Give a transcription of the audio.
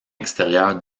extérieur